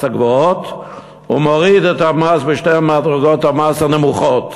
הגבוהות ומוריד את המס בשתי מדרגות המס הנמוכות.